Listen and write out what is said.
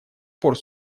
пор